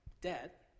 debt